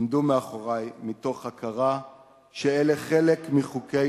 עמדו מאחורי מתוך הכרה שאלה חלק מחוקי